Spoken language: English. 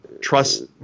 trust